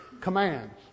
Commands